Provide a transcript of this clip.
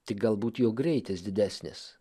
tik galbūt jo greitis didesnis